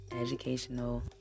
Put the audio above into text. educational